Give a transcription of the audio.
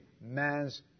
man's